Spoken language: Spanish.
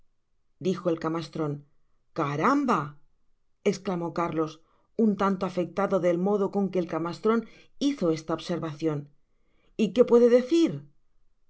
dijo el camastron caramba esclamó cárlos un tanto afectado del modo con que el camastron hizo esta observacion y que puede decir el